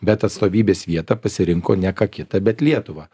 bet atstovybės vietą pasirinko ne ką kitą bet lietuvą